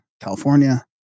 California